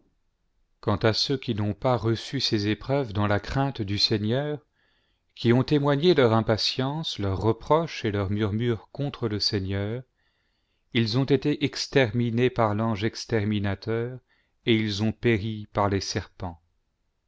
quant à ceux qui n'ont pas reçu ces épreuves dans la crainte du seigneur qui ont témoigné leur impatience leurs reproches et leurs murmures contre le seigneur ils ont été exterminés par vange exterminateur et ils ont péri par les serpents